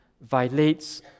violates